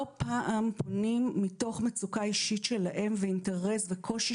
לא פעם פונים מתוך מצוקה אישית שלהם ואינטרס וקושי